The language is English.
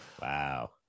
wow